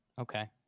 Okay